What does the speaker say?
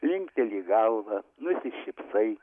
linkteli galvą nusišypsai